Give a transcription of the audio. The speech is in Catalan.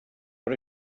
per